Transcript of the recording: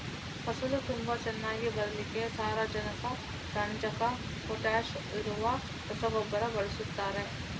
ಫಸಲು ತುಂಬಾ ಚೆನ್ನಾಗಿ ಬರ್ಲಿಕ್ಕೆ ಸಾರಜನಕ, ರಂಜಕ, ಪೊಟಾಷ್ ಇರುವ ರಸಗೊಬ್ಬರ ಬಳಸ್ತಾರೆ